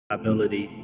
ability